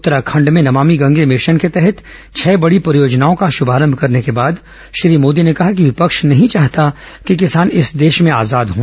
उत्तराखंड में नमाभि गंगे मिशन के तहत छह बड़ी परियोजनाओं का श्रमारभ करने के बाद श्री मोदी ने कहा कि विपक्ष नहीं चाहता कि किसान इस देश में आजाद हों